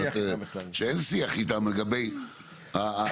שאין שיח איתם בכלל לגבי זה.